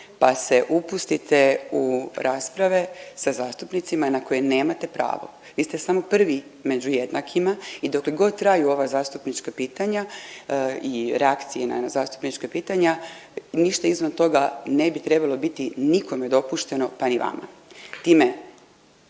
pa se upustite u rasprave sa zastupnicima na koje nemate pravo. Vi ste samo prvi među jednakima i dokle god traju ova zastupnička pitanja i reakcije na zastupnička pitanja ništa izvan toga ne bi trebalo biti nikome dopušteno, pa ni vama.